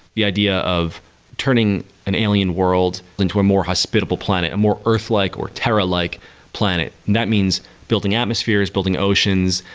the idea of turning an alien world into a more hospitable planet, a more earth-like or terra-like planet. that means building atmospheres, building oceans,